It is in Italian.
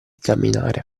camminare